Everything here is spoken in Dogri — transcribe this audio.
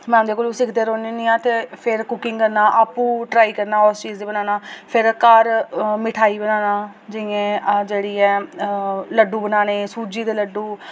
में उं'दे कोला सिक्खदी रौह्न्नी होनी आं ते फिर कुकिंग करना आपूं ट्राई करना उसी चीज़ गी बनाना फिर घर मिठाई बनाना जि'यां जेह्ड़ी ऐ लड्डू बनाने सूजी दे लड्डू